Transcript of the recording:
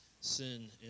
sin